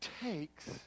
takes